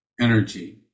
energy